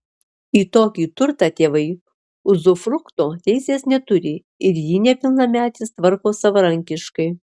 į tokį turtą tėvai uzufrukto teisės neturi ir jį nepilnametis tvarko savarankiškai